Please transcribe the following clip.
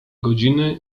godziny